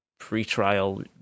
pre-trial